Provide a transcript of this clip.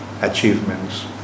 achievements